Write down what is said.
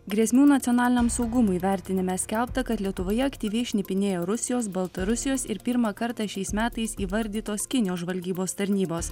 grėsmių nacionaliniam saugumui vertinime skelbta kad lietuvoje aktyviai šnipinėja rusijos baltarusijos ir pirmą kartą šiais metais įvardytos kinijos žvalgybos tarnybos